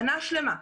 שנה שלמה,